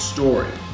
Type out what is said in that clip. Story